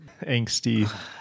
angsty